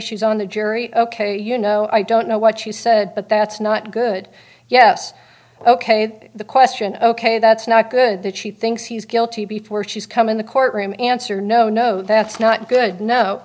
she's on the jury ok you know i don't know what she said but that's not good yes ok the question ok that's not good that she thinks she's guilty before she's come in the courtroom answer no no that's not good no